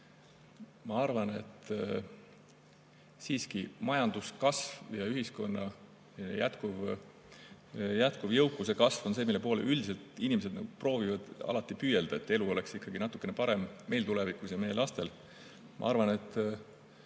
Ma arvan, et siiski majanduskasv ja ühiskonna jätkuv jõukuse kasv on see, mille poole üldiselt inimesed proovivad alati püüelda, et elu oleks ikkagi natukene parem meil ja tulevikus meie lastel. Minu arvates